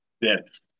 Yes